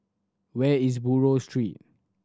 where is Buroh Street